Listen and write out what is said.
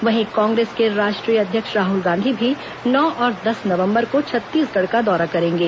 वहीं कांग्रेस के राष्ट्रीय अध्यक्ष राहुल गांधी भी नौ और दस नंवबर को छत्तीसगढ़ का दौरा करेंगे